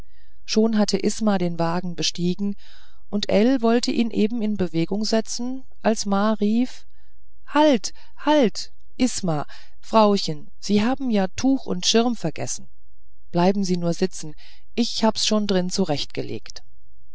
schon hatte isma den wagen bestiegen und ell wollte ihn eben in bewegung setzen als ma rief halt halt isma frauchen sie haben ja tuch und schirm vergessen bleiben sie nur sitzen ich hab's schon drin zurechtgelegt